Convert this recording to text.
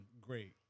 great